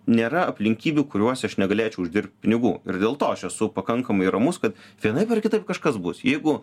nėra aplinkybių kuriuose aš negalėčiau uždirbt pinigų ir dėl to aš esu pakankamai ramus kad vienaip ar kitaip kažkas bus jeigu